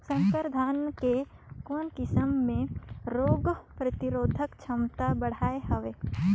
संकर धान के कौन किसम मे रोग प्रतिरोधक क्षमता बढ़िया हवे?